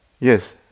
Yes